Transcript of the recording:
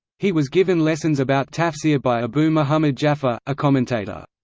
he was given lessons about tafsir by abu muhammad ja'far, a commentator.